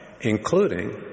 including